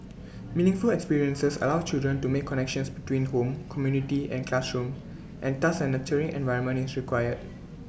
meaningful experiences allow children to make connections between home community and classroom and thus A nurturing environment is required